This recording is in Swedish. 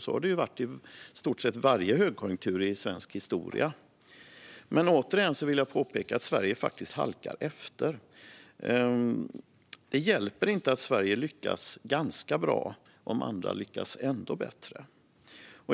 Så har det varit under i stort sett varje högkonjunktur i svensk historia. Men jag vill påpeka att Sverige faktiskt halkar efter. Det hjälper inte att Sverige lyckas ganska bra om andra lyckas ännu bättre.